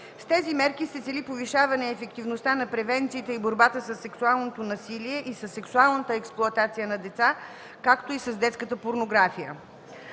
С тези мерки се цели повишаване ефективността на превенциите и борбата със сексуалното насилие и със сексуалната експлоатация на деца, както и с детската порнография.